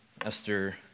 Esther